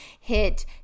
hit